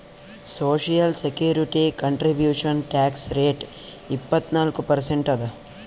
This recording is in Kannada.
social security contribution tax rate ಇಪ್ಪತ್ನಾಲ್ಕು ಪರ್ಸೆಂಟ್ ಅದ